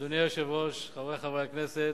אדוני היושב-ראש, חברי חברי הכנסת,